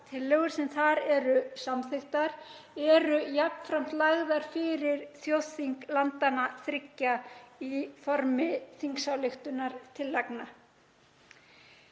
tillögur sem þar eru samþykktar eru jafnframt lagðar fyrir þjóðþing landanna þriggja í formi þingsályktunartillagna.